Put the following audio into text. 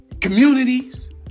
communities